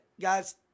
Guys